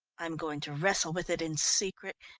i'm going to wrestle with it in secret,